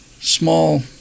small